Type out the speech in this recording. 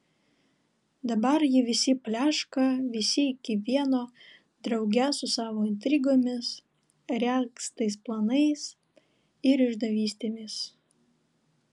dabar jie visi pleška visi iki vieno drauge su savo intrigomis regztais planais ir išdavystėmis